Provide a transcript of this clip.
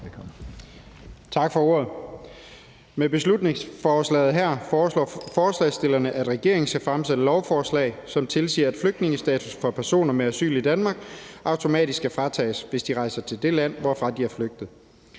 Tak for ordet. Med beslutningsforslaget her foreslår forslagsstillerne, at regeringen skal fremsætte lovforslag, som tilsiger, at flygtningestatus for personer med asyl i Danmark automatisk skal fratages, hvis de rejser til det land, hvorfra de er flygtet.